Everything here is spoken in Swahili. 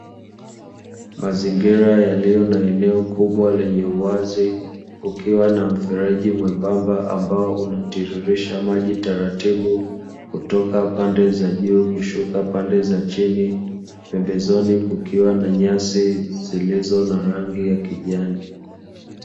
Mazingira yaliyo na eneo kubwa lenye uwazi kukiwa na mfereji mwembamba ambao unatirisha maji taratibu kutoka pande za juu kushuka pande za chini, pembezoni kukiwa na nyasi zilizo na rangi ya kijani.